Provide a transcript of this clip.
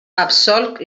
absolc